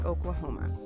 Oklahoma